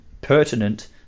pertinent